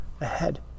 ahead